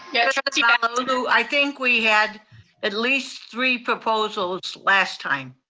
yeah yeah malauulu, i think we had at least three proposals last time.